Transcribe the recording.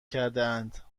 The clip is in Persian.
کردهاند